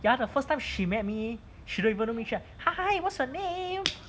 ya the first time she met me she don't even know me she like hi what's your name